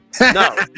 no